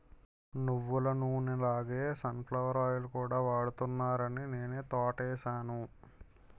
నువ్వులనూనె లాగే sunflower oil కూడా వాడుతున్నారాని నేనా తోటేసాను